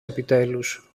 επιτέλους